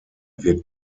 wird